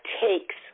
takes